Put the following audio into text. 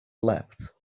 leapt